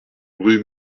rue